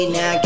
Now